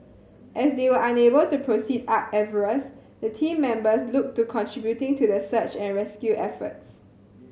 as they were unable to proceed up Everest the team members looked to contributing to the search and rescue efforts